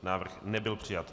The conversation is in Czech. Návrh nebyl přijat.